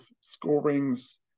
scorings